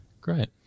great